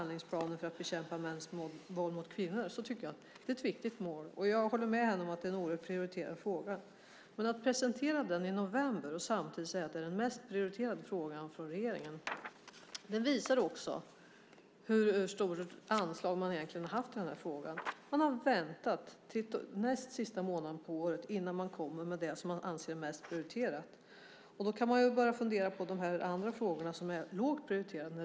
Det är ett viktigt mål, och jag håller med henne om att det är en högt prioriterad fråga. Men att presentera den i november och samtidigt säga att det är den mest prioriterade frågan för regeringen visar hur stort anslag man egentligen har haft i frågan. Man har väntat till näst sista månaden på året med att komma med det som man anser mest prioriterat. Då kan man börja fundera på när de andra frågorna kommer, som är lågt prioriterade.